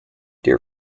dear